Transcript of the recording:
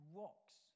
rocks